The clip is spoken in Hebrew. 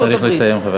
צריך לסיים, חבר הכנסת.